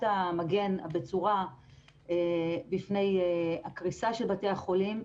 המגן הבצורה לפני הקריסה של בתי החולים.